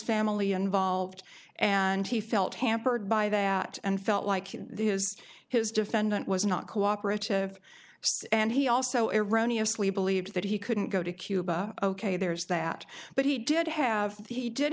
family involved and he felt hampered by that and felt like he has his defendant was not cooperative and he also irania sleep believes that he couldn't go to cuba ok there's that but he did have he did